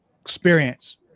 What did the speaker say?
experience